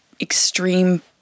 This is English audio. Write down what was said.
extreme